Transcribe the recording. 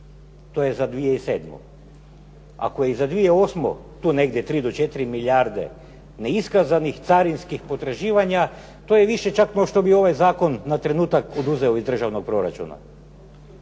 To je za 2007. Ako je i za 2008. tu negdje 3 do 4 milijarde neiskazanih carinskih potraživanja, to je više čak pošto bi ovaj zakon na trenutak oduzeo iz državnog proračuna.